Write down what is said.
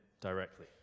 directly